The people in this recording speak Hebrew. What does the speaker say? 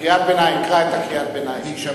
קריאת ביניים, קרא את קריאת הביניים.